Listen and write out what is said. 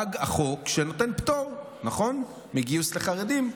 פג החוק שנותן פטור מגיוס לחרדים.